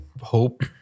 hope